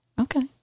Okay